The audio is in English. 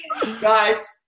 Guys